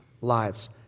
lives